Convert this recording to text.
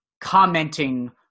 commenting